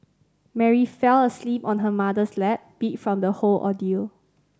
Mary fell asleep on her mother's lap beat from the whole ordeal